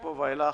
מפה ואילך